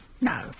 no